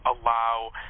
allow